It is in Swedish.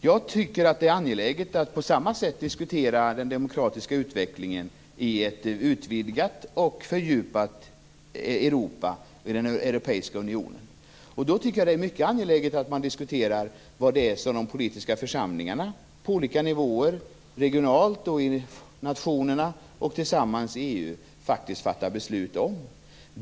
Jag tycker att det är angeläget att på samma sätt diskutera den demokratiska utvecklingen i ett utvidgat och fördjupat Europa i den europeiska unionen. I det sammanhanget är det också viktigt att diskutera vad det är de politiska församlingarna på olika nivåer - regionalt, nationellt och tillsammans i EU - faktiskt fattar beslut om.